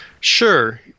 Sure